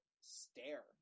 stare